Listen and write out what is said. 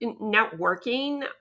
networking